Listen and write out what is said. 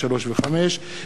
(3) ו-(5).